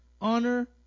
honor